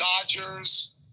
Dodgers